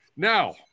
Now